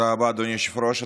תודה רבה, אדוני היושב-ראש.